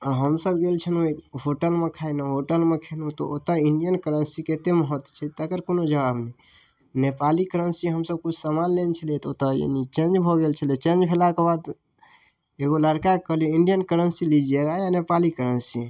हमसब गेल छलहुँ होटलमे खाइलए होटलमे खेलहुँ तऽ इण्डियन करेन्सीके एतेक महत्व छै तकर कोनो जवाब नहि नेपाली करेन्सी हमसब किछु सामान लेने छलिए तऽ ओतऽ चेन्ज भऽ गेल छलै चेन्ज भेलाके बाद एगो लड़काके कहलिए इण्डियन करेन्सी लीजिएगा या नेपाली करेन्सी